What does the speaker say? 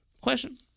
Question